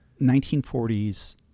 1940s